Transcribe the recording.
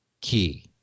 key